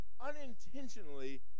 unintentionally